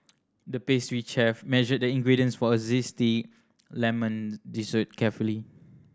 the pastry chef measured the ingredients for a zesty lemon dessert carefully